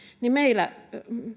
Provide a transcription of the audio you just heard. niin meillä